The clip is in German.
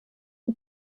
die